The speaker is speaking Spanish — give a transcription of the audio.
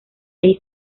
hey